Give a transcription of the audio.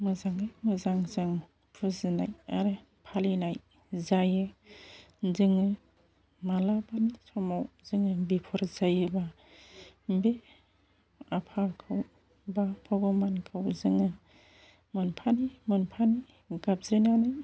मोजाङै मोजां जों फुजिनाय आरो फालिनाय जायो जोङो माब्लाबानि समाव जोङो बिफर जायोब्ला बे आफाखौ एबा भग'बानखौ जोङो मोनफानि मोनफानि गाबज्रिनानै